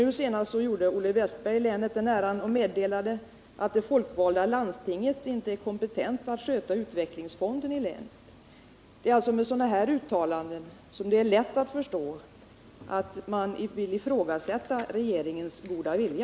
Nu senast gjorde Olle Wästberg i Stockholm länet den äran och meddelade att det folkvalda landstinget inte är kompetent att sköta utvecklingsfonden i länet. Det är sådana uttalanden som gör det lätt att förstå att man vill ifrågasätta regeringens goda vilja.